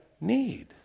need